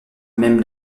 même